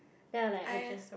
then I like adjust